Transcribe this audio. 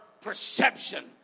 perception